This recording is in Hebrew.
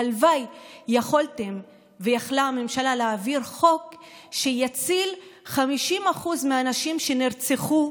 והלוואי שיכולתם ויכלה הממשלה להעביר חוק שיציל 50% מהנשים שנרצחו